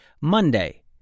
Monday